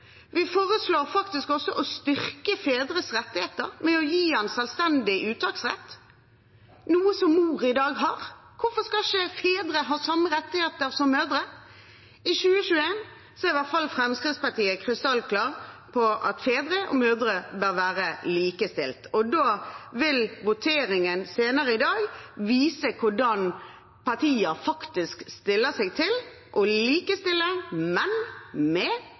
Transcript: Vi foreslår faktisk også å styrke fedres rettigheter ved å gi selvstendig uttaksrett, noe som mor i dag har. Hvorfor skal ikke fedre ha samme rettigheter som mødre? I 2021 er i hvert fall Fremskrittspartiet krystallklare på at fedre og mødre bør være likestilte, og da vil voteringen senere i dag vise hvordan partier faktisk stiller seg til å likestille. Men